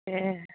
ए